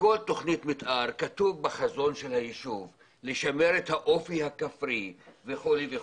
בכל תוכנית מתאר כתוב בחזון של היישוב: "לשמר את האופי הכפרי" וכולי.